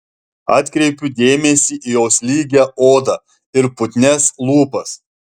atkreipiu dėmesį į jos lygią odą ir putnias lūpas